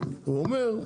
הוא אומר,